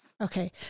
Okay